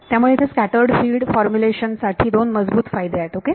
त्यामुळे इथे scattered field formulation साठी दोन मजबूत फायदे आहेत ओके